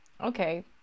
okay